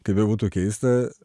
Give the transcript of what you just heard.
kaip bebūtų keista